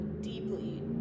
deeply